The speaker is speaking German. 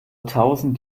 tausend